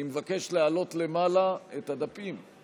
אני מבקש להעלות את הדפים למעלה.